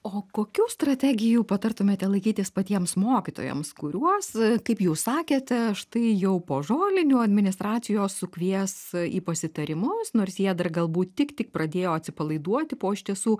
o kokių strategijų patartumėte laikytis patiems mokytojams kuriuos kaip jūs sakėte štai jau po žolinių administracijos sukvies į pasitarimus nors jie dar galbūt tik tik pradėjo atsipalaiduoti po iš tiesų